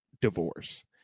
divorce